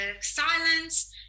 silence